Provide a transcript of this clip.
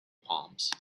palms